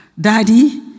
Daddy